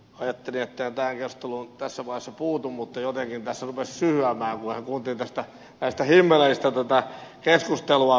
ajattelin että en tähän keskusteluun tässä vaiheessa puutu mutta jotenkin tässä rupesi syyhyämään kun vähän kuunteli näistä himmeleistä tätä keskustelua